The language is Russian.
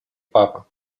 папа